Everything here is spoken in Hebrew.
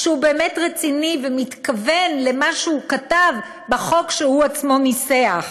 שהוא באמת רציני ומתכוון למה שהוא כתב בחוק שהוא עצמו ניסח,